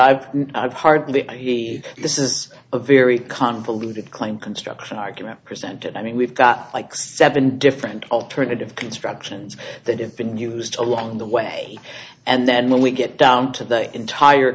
but i've hardly this is a very convoluted claim construction argument presented i mean we've got like seven different alternative constructions that have been used along the way and then when we get down to the entire